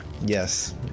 Yes